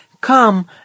Come